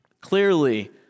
clearly